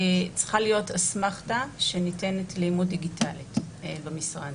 צריכה להיות אסמכתה שניתנת לעימות דיגיטלי במשרד